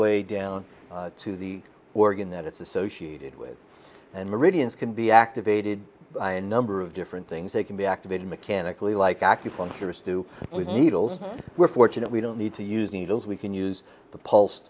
way down to the organ that it's associated with and meridians can be activated a number of different things they can be activated mechanically like acupuncturist do with needles we're fortunate we don't need to use needles we can use the p